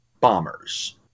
bombers